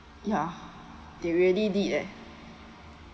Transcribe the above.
ya they really did eh